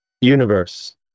universe